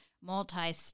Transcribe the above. multi